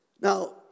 Now